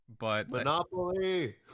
Monopoly